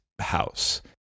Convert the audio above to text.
house